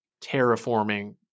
terraforming